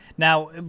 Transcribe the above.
Now